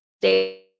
stay